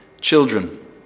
children